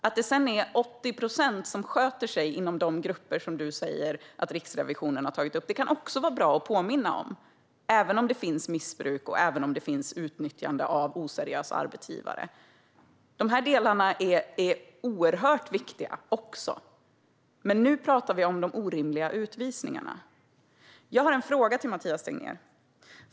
Att det sedan är 80 procent som sköter sig inom de grupper som du säger att Riksrevisionen har tagit upp kan också vara bra att påminna om, även om det finns missbruk och utnyttjande från oseriösa arbetsgivare. De här delarna är också oerhört viktiga, men nu pratar vi om de orimliga utvisningarna. Jag har en fråga till Mathias Tegnér.